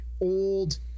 old